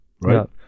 right